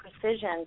precision